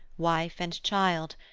wife and child,